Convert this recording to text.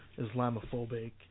Islamophobic